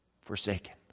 forsaken